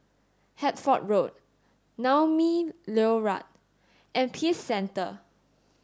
Hertford Road Naumi Liora and Peace Centre